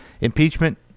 impeachment